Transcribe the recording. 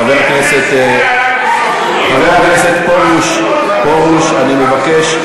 חבר הכנסת פרוש, אני מבקש,